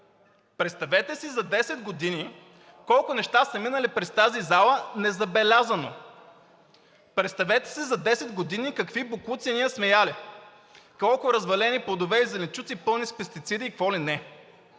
Представете си за десет години колко неща са минали през тази зала незабелязано. Представете си за десет години какви боклуци ние сме яли – колко развалени плодове и зеленчуци, пълни с пестициди и какво ли не.